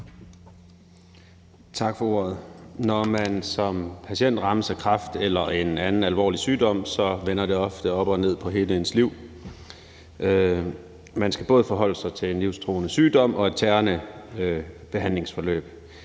Tak for ordet. Når man som patient rammes af kræft eller en anden alvorlig sygdom, vender det ofte op og ned på hele ens liv. Man skal både forholde sig til en livstruende sygdom og et tærende behandlingsforløb.